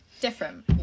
different